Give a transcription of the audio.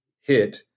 hit